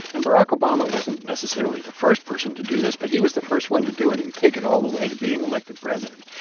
and barack obama wasn't necessarily the first person to do this, but he was the first one to do it and take it all the way to being elected president.